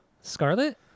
Scarlet